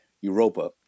Europa